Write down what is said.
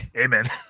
Amen